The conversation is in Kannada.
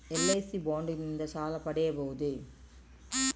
ಎಲ್.ಐ.ಸಿ ಬಾಂಡ್ ನಿಂದ ಸಾಲ ಪಡೆಯಬಹುದೇ?